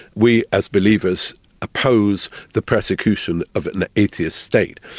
we as believers oppose the prosecution of an atheist state.